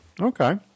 Okay